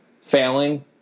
failing